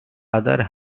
other